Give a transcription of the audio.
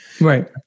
Right